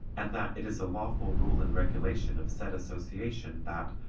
and that it is a lawful rule and regulation of said association that,